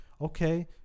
okay